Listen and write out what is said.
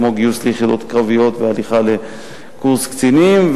כמו גיוס ליחידות קרביות והליכה לקורס קצינים,